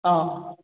অঁ